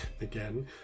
again